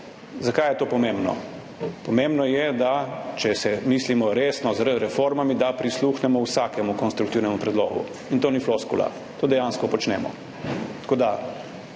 Zakaj je to pomembno? Pomembno je, da če mislimo resno z reformami, da prisluhnemo vsakemu konstruktivnemu predlogu in to ni floskula, to dejansko počnemo. Tako da,